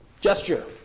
Gesture